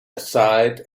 aside